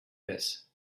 this